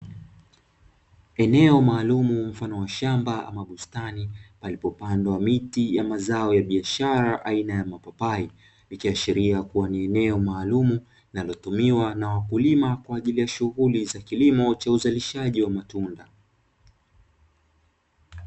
Eneo maalumu mfano wa shamba ama bustani palipopandwa miti ya mazao ya biashara aina ya mapapai; ikiashiria kuwa ni eneo maalumu linalotumiwa na wakulima kwa ajili ya shughuli za kilimo cha uzalishaji wa matunda.